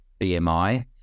BMI